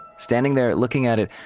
standing there looking at it,